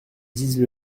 disent